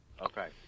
Okay